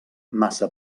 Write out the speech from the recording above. massa